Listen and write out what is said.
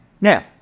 Now